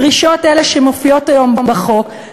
דרישות אלה מופיעות היום בחוק,